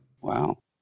wow